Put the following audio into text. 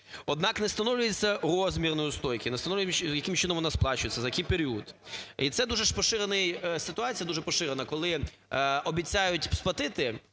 однак не встановлюється розмір неустойки, не встановлено, яким чином вона сплачується, за який період. І це дуже поширений, ситуація дуже поширена, коли обіцяють сплатити